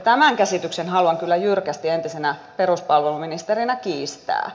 tämän käsityksen haluan kyllä jyrkästi entisenä peruspalveluministerinä kiistää